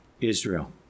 Israel